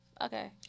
Okay